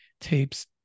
tapes